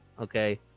okay